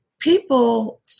People